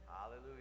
Hallelujah